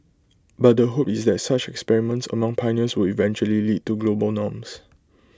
but the hope is that such experiments among pioneers would eventually lead to global norms